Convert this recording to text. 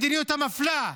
המדיניות המפלה,